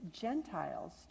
Gentiles